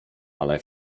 ale